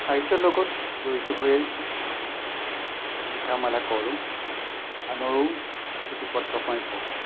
সাহিত্যৰ লগত জড়িত হৈয়ে থাকোঁ লিখা মেলা কৰোঁ আনৰো পুথি পত্ৰ প্ৰায় পঢ়োঁ